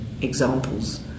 examples